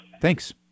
Thanks